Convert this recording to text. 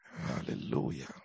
Hallelujah